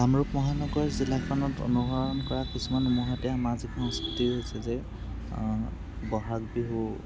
কামৰূপ মহানগৰ জিলাখনত অনুসৰণ কৰা কিছুমান উমৈহতীয়া সামাজিক সংস্কৃতিৰ হৈছে যে বহাগ বিহু